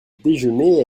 déjeuner